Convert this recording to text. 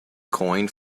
coined